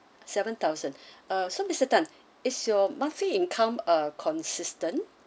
seven thousand uh so mister tan is your monthly income uh consistent